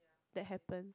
that happen